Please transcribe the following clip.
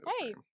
Hey